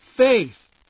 Faith